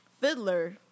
Fiddler